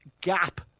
gap